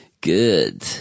Good